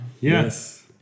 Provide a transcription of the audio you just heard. yes